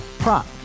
Prop